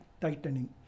tightening